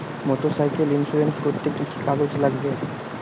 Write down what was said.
Motorcycle insurance করতে কি কি কাগজ লাগবে?